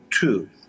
two